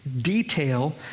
detail